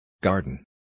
Garden